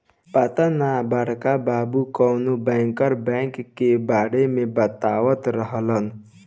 पाता ना बड़ा बाबु कवनो बैंकर बैंक के बारे में बतावत रहलन